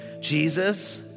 Jesus